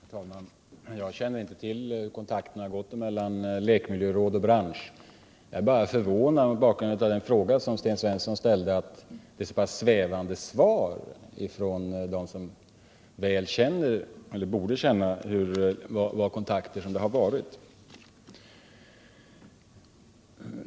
Herr talman! Jag känner inte till hur kontakterna gått mellan lekmiljörådet och branschen. Mot bakgrund av den fråga som Sten Svensson ställde är jag bara förvånad över att så pass svävande svar lämnats av dem som borde känna till dessa kontakter.